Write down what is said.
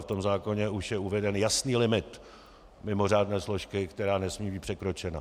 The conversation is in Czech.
V tom zákoně už je uveden jasný limit mimořádné složky, která nesmí být překročena.